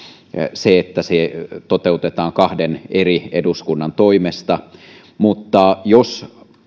se että se toteutetaan kahden eri eduskunnan toimesta mutta jos